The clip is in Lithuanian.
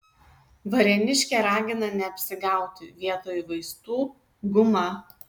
varėniškė ragina neapsigauti vietoj vaistų guma